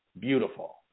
Beautiful